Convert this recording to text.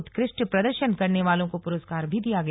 उत्कृष्ट प्रदर्शन करने वालों को पुरस्कार भी दिया गया